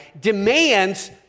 demands